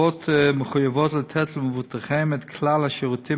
הקופות מחויבות לתת למבוטחיהן את כלל השירותים